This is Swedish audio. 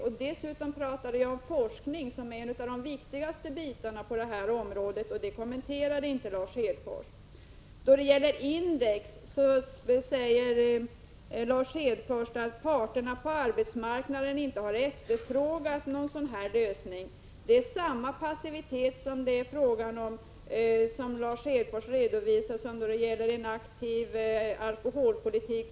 Jag talade dessutom om forskning, som är en av de viktigaste frågorna på detta område. Det kommenterade inte Lars Hedfors. Beträffande indexfrågan sade Lars Hedfors att parterna på arbetsmarknaden inte har efterfrågat en lösning som den vi föreslagit. Han visar då samma passivitet inför den här frågan som regeringen gör när det gäller att föra en aktiv alkoholpolitik.